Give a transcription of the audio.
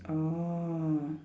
oh